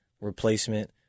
replacement